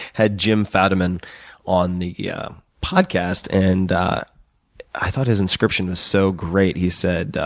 had jim fadiman on the yeah podcast and i thought his inscription was so great. he said,